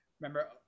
remember